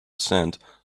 sand